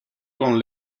con